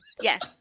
yes